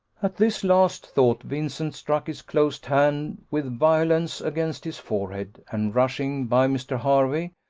at this last thought, vincent struck his closed hand with violence against his forehead and rushing by mr. hervey,